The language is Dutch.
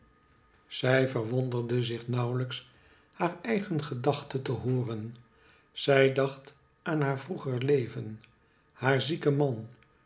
zij verwonderde zich nauwlijks haar eigen gedachte te hooren zij dacht aan haar vroeger leven haar zieken man